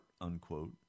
unquote